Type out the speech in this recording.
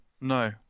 No